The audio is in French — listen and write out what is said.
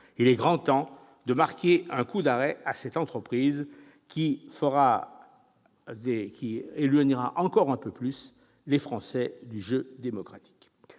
Il est grand temps de marquer un coup d'arrêt à cette entreprise dont la poursuite éloignerait encore un peu plus les Français du jeu démocratique.